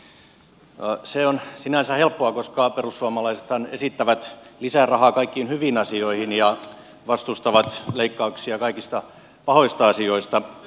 se on sinänsä helppoa koska perussuomalaisethan esittävät lisää rahaa kaikkiin hyviin asioihin ja vastustavat leikkauksia kaikista pahoista asioista